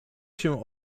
się